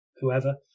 whoever